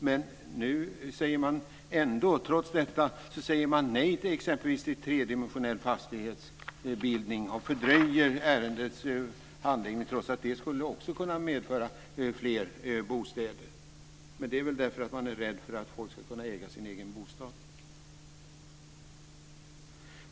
Men nu säger man trots detta nej till exempelvis tredimensionell fastighetsbildning och fördröjer ärendets handläggning, trots att detta också skulle kunna medföra fler bostäder. Men det är väl därför att man är rädd för att folk ska kunna äga sin egen bostad.